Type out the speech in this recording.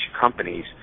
companies